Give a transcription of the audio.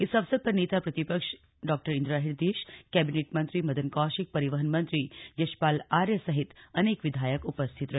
इस अवसर पर नेता प्रतिपक्ष इंदिरा हृदयेश कैबिनेट मंत्री मदन कौशिक परिवहन मंत्री यशपाल आर्य सहित अनेक विधायक उपस्थित रहे